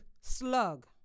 slug